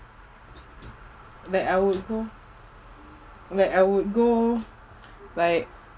like I would go like I would go like